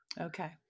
okay